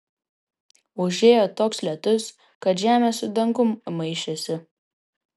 užėjo toks lietus kad žemė su dangum maišėsi